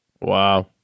Wow